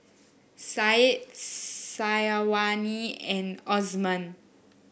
Said Syazwani and Osman